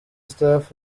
staff